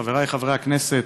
חבריי חברי הכנסת,